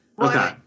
Okay